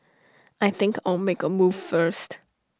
I think I'll make A move first